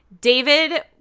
David